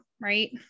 right